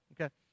okay